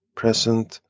present